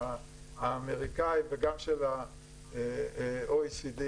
האמריקאי וגם של ה-OECD,